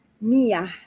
Mia